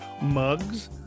mugs